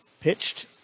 pitched